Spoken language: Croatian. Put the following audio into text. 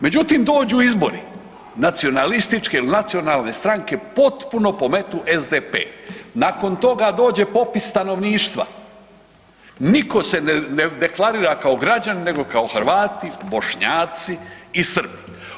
Međutim, dođu izbori nacionalističke ili nacionalne stranke potpuno pometu SDP, nakon toga dođe popis stanovništva niko se ne deklarira kao građanin nego kao Hrvati, Bošnjaci i Srbi.